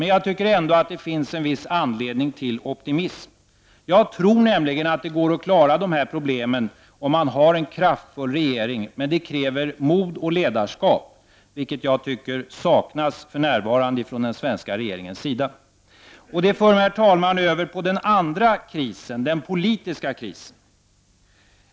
Men jag tycker att det finns en viss anledning till optimism. Jag tror nämligen att det går att klara dessa problem om vi har en kraftfull regering, men det kräver mod och ledarskap, vilket jag tycker att den svenska regeringen för närvarande saknar. Detta för mig, herr talman, över på den andra krisen, den politiska krisen.